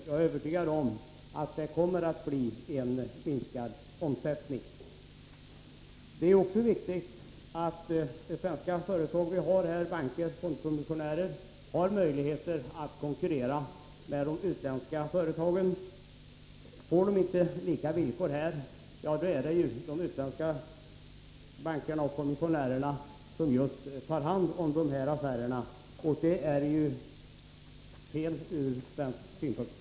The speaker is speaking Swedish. Jag är övertygad om att omsättningsskatten kommer att leda till en minskning av omsättningen. Det är också viktigt att de svenska företagen i Sverige — banker, fondkommissionärer — har möjligheter att konkurrera med de utländska företagen. Får de inte samma villkor tar de utländska bankerna och kommissionärerna hand om dessa affärer. Det är från svensk synpunkt fel.